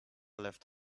left